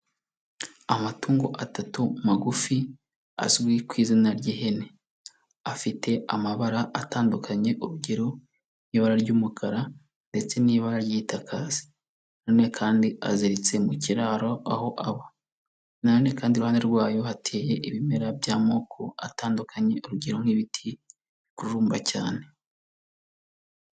Amatungo atatu magufi azwi ku izina ry'ihene. Afite amabara atandukanye urugero ibara ry'umukara ndetse n'ibara ry'itaka. Nyine kandi aziritse mu kiraro aho aba. Nanone kandi iruhande rwayo hateye ibimera by'amoko atandukanye urugero nk'ibiti bikururumba cyane.